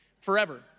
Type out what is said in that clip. forever